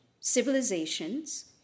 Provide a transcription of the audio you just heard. civilizations